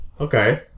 Okay